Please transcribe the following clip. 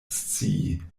scii